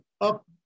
up